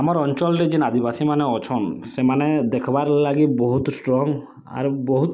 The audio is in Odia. ଆମର୍ ଅଞ୍ଚଲ୍ରେ ଯେନ୍ ଅଧିବାସୀ ମାନେ ଅଛନ୍ ସେମାନେ ଦେଖ୍ବାର୍ ଲାଗି ବହୁତ୍ ଷ୍ଟ୍ରଙ୍ଗ୍ ଆରୁ ବହୁତ୍